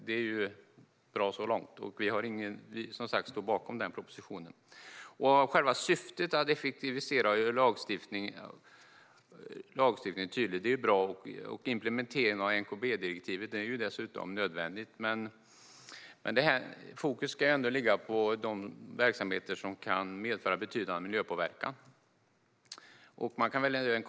Det är bra så långt, och vi står som sagt bakom propositionen. Syftet att effektivisera och göra lagstiftningen tydlig är bra, och implementering av MKB-direktivet är dessutom nödvändigt. Men fokus ska ändå ligga på de verksamheter som kan medföra betydande miljöpåverkan.